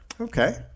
Okay